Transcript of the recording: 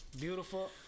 Beautiful